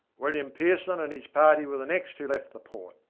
william pearson and his party were the next who left the port.